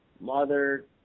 mother